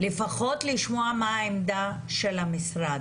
לפחות לשמוע מה העמדה של המשרד.